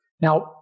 Now